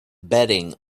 betting